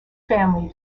family